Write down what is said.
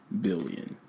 billion